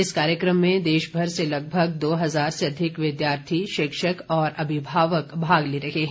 इस कार्यक्रम में देशभर से लगभग दो हजार से अधिक विद्यार्थी शिक्षक और अभिभावक भाग रहे हैं